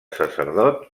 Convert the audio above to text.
sacerdot